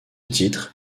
titre